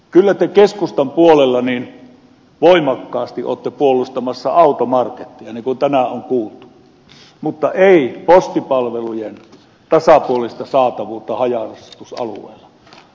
kyllä te keskustan puolella voimakkaasti olette puolustamassa automarketteja niin kuin tänään on kuultu mutta ette postipalvelujen tasapuolista saatavuutta haja asutusalueella